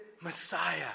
Messiah